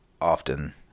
often